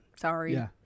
Sorry